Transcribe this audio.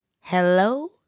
Hello